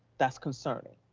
that's concerning.